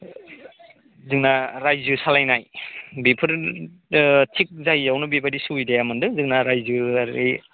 जोंना रायजो सालायनाय बिफोर थिक जायिआवनो बेबायदि सुबिदाया मोन्दों जोंना रायजोआरि